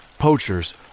poachers